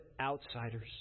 outsiders